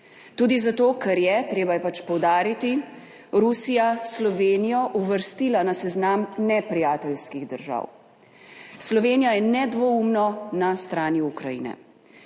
Tudi zato ker je, treba je pač poudariti, Rusija Slovenijo uvrstila na seznam neprijateljskih držav. Slovenija je nedvoumno na strani Ukrajine.